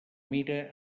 mira